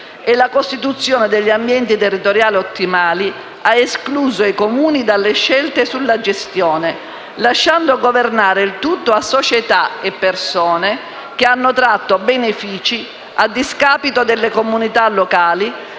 e la costituzione degli ambienti territoriali ottimali ha escluso i Comuni dalle scelte sulla gestione, lasciando governare il tutto a società e persone che hanno tratto benefici, a discapito delle comunità locali,